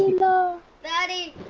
the